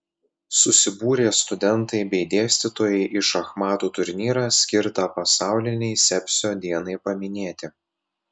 susibūrė studentai bei dėstytojai į šachmatų turnyrą skirtą pasaulinei sepsio dienai paminėti